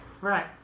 right